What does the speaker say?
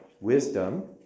wisdom